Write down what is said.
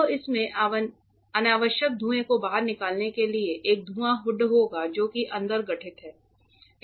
तो इसमें अनावश्यक धुएं को बाहर निकालने के लिए एक धुआं हुड होगा जो कि अंदर गठित हैं